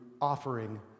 offering